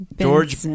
george